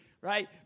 right